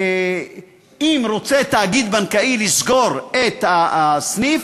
שאם רוצה תאגיד בנקאי לסגור את הסניף,